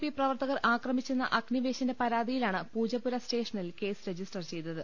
P പ്രവർത്ത കർ ആക്രമിച്ചെന്ന അഗ്നിവേശിന്റെ പരാതിയിലാണ് പൂജപ്പുര സ്റ്റേഷനിൽ കേസ് രജിസ്റ്റർ ചെയ്തത്